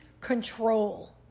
control